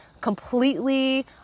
completely